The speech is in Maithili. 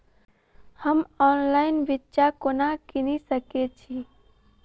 हम ऑनलाइन बिच्चा कोना किनि सके छी?